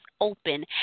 open